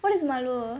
what is malu